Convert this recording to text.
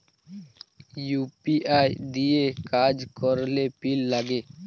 UPI দিঁয়ে কাজ ক্যরলে পিল লাগে